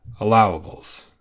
Allowables